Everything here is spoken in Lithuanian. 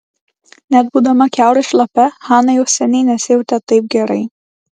net būdama kiaurai šlapia hana jau seniai nesijautė taip gerai